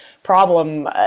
problem